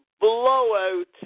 blowout